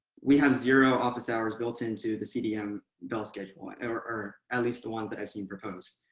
we have zero office hours built into the cdm bell schedule, or at least the ones that i've seen proposed.